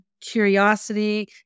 curiosity